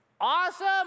awesome